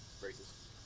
Braces